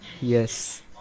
Yes